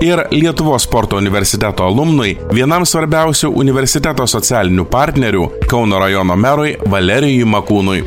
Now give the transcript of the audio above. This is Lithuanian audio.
ir lietuvos sporto universiteto alumnui vienam svarbiausių universiteto socialinių partnerių kauno rajono merui valerijui makūnui